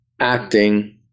acting